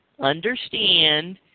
Understand